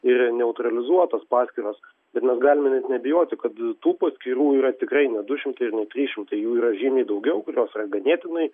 ir neutralizuotos paskyros ir mes galime net neabejoti kad tų paskyrų yra tikrai ne du šimtai ir ne trys šimtai jų yra žymiai daugiau kurios yra ganėtinai